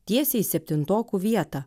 tiesiai į septintokų vietą